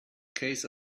case